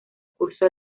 curso